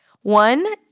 One